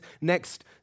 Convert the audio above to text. next